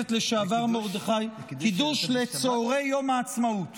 קידוש לצוהרי יום העצמאות